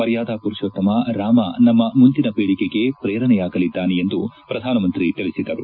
ಮರ್ಯಾದಾ ಪುರುಷೋತ್ತಮ ರಾಮ ನಮ್ಮ ಮಂದಿನ ಪೀಳಿಗೆಗಳಿಗೆ ಪ್ರೇರಣೆಯಾಗಲಿದ್ದಾನೆಂದೂ ಪ್ರಧಾನ ಮಂತ್ರಿ ತಿಳಿಸಿದರು